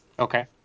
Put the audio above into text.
Okay